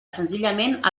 senzillament